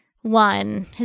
one